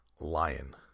Lion